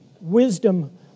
Wisdom